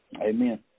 Amen